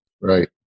right